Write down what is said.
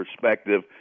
perspective